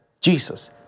Jesus